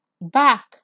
back